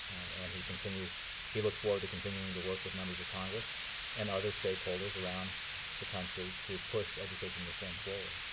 and he continues he looks forward to continuing to work with members of congress and other stakeholders around the country to push education reform forward.